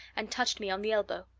and touched me on the elbow.